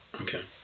Okay